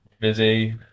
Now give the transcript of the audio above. Busy